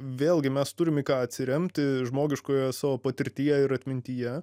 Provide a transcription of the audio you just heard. vėlgi mes turim į ką atsiremti žmogiškojoje savo patirtyje ir atmintyje